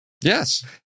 Yes